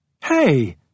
Hey